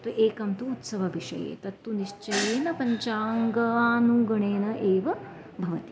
तु एकं तु उत्सवविषये तत्तु निश्चयेन पञ्चाङ्गानुगणेन एव भवति